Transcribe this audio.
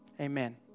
amen